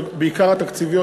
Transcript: בעיקר התקציביות,